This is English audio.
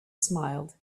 smiled